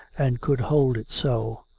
and could hold it so,